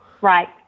Right